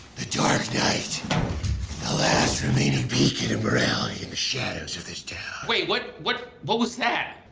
the dark knight! the last remaining beacon of morality in the shadows of this town wait, what what what was that?